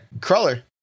crawler